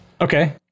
Okay